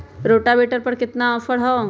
Rotavator पर केतना offer हव?